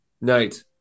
Night